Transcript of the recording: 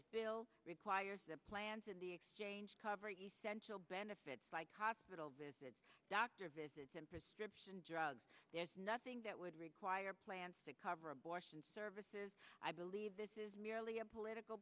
bill requires the plans in the exchange coverage essential benefits hospital visits doctor visits and prescriptions drugs there's nothing that would require plans to cover abortion services i believe this is merely a political